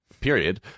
period